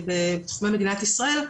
בתחומי מדינת ישראל,